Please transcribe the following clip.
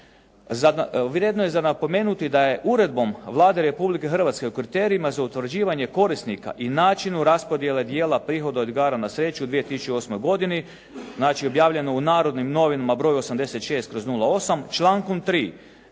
Vrijedno je za napomenuti da je uredbom Vlade Republike Hrvatske u kvarterima za utvrđivanje korisnika i načinu raspodijele dijela prihoda od igara na sreću 2008. godini, znači objavljeno u "Narodnim novinama" broju 86/08 člankom 3.